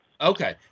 Okay